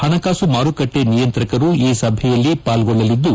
ಹಣಕಾಸು ಮಾರುಕಟ್ಟೆ ನಿಯಂತ್ರಕರು ಈ ಸಭೆಯಲ್ಲಿ ಪಾಲ್ಲೊಳ್ಳಲಿದ್ದು